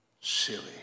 Silly